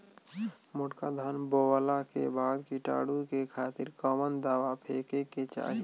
मोटका धान बोवला के बाद कीटाणु के खातिर कवन दावा फेके के चाही?